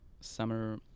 summer